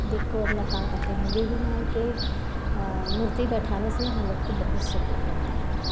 दिन को अपना काम करते हैं देवी माँ के मूर्ति बैठाने से हम लोग को बहुत सुकून मिलता है